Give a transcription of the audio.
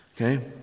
Okay